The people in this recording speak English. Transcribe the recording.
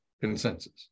consensus